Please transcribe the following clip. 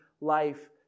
life